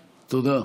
תודה.